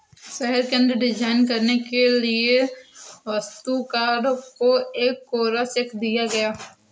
शहर केंद्र डिजाइन करने के लिए वास्तुकार को एक कोरा चेक दिया गया